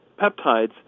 peptides